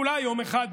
אולי יום אחד,